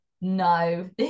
no